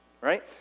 right